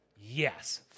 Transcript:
Yes